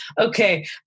Okay